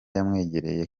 yamwegereye